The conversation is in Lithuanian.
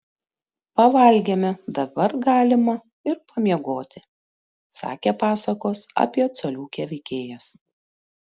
pavalgėme dabar galima ir pamiegoti sakė pasakos apie coliukę veikėjas